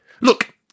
look